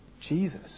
Jesus